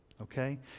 okay